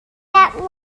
that